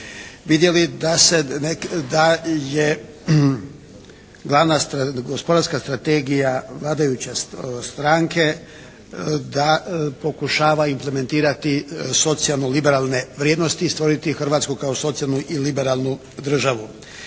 vidjeli da je glavna gospodarska strategija vladajuće stranke da pokušava implementirati socijalno-liberalne vrijednosti i stvoriti Hrvatsku kao socijalnu i liberalnu državu.